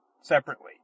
separately